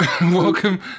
Welcome